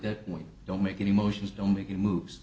that point don't make any motions don't make any moves